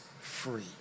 free